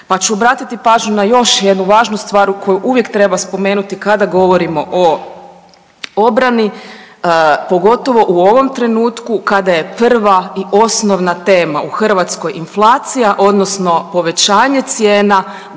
pa ću obratiti pažnju na još jednu važnu stvar u koju uvijek treba spomenuti kada govorimo o obrani, pogotovo u ovom trenutku kada je prva i osnovna tema u Hrvatskoj inflacija, odnosno povećanje cijena